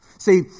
See